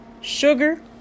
sugar